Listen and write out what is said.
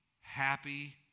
happy